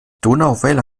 donauwelle